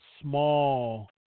small